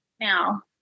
now